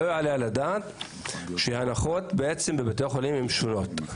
לא יעלה על הדעת שהנחות בבתי החולים הן שונות,